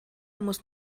muss